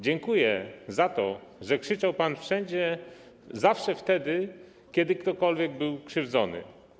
Dziękuję za to, że krzyczał pan wszędzie i zawsze wtedy, gdy ktokolwiek był krzywdzony.